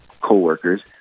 coworkers